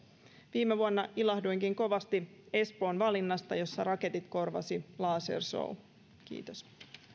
viime vuonna ilahduinkin kovasti espoon valinnasta jossa raketit korvasi lasershow kiitos